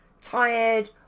tired